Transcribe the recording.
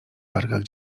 wargach